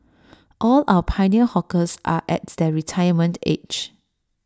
all our pioneer hawkers are at their retirement age